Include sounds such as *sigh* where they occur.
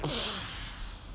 *breath*